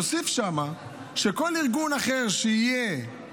תוסיף שם שכל ארגון אחר שייוודע,